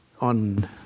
on